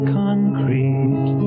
concrete